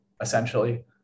essentially